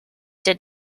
did